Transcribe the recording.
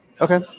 Okay